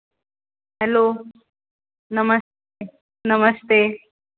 hello नमस्ते